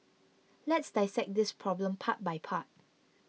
let's dissect this problem part by part